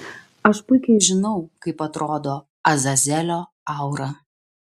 aš puikiai žinau kaip atrodo azazelio aura